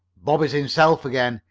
bob is himself again.